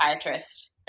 psychiatrist